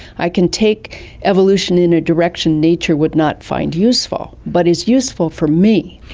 i can take evolution in a direction nature would not find useful, but it's useful for me.